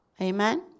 Amen